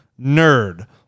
NERD